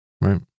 right